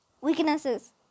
Weaknesses